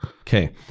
Okay